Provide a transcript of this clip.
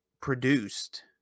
produced